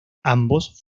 ambos